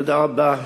תודה רבה,